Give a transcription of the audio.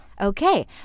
Okay